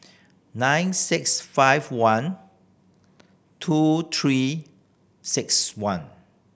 nine six five one two Three Six One